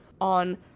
on